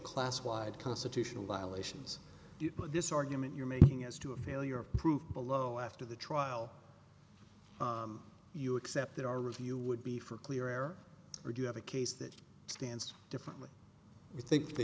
class wide constitutional violations but this argument you're making as to a failure of proof below after the trial you accept that our review would be for clear air or do you have a case that stands different we think the